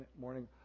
morning